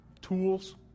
tools